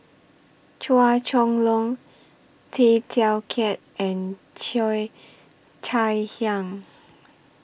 Chua Chong Long Tay Teow Kiat and Cheo Chai Hiang